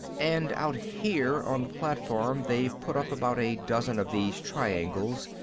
and out here on the platform, they've put up about a dozen of these triangles,